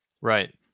Right